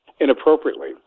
inappropriately